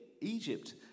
Egypt